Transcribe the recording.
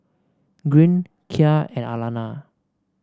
Gwyn Kya and Alanna